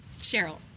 Cheryl